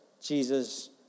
Jesus